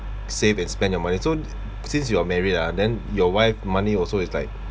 save and spend your money so since you are married ah then your wife money also is like